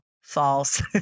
False